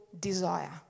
desire